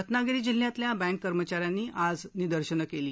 रत्नागिरी जिल्ह्यातल्या बँक कर्मचाऱ्यांनी आज निदर्शनं केली